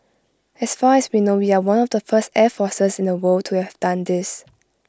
as far as we know we are one of the first air forces in the world to have done this